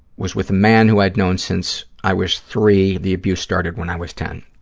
was with a man who i had known since i was three. the abuse started when i was ten.